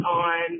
on